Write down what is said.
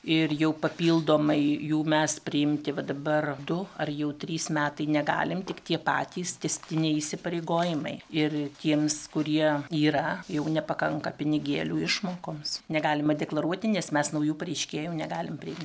ir jau papildomai jų mes priimti va dabar du ar jau trys metai negalim tik tie patys tęstiniai įsipareigojimai ir tiems kurie yra jau nepakanka pinigėlių išmokoms negalima deklaruoti nes mes naujų pareiškėjų negalim priim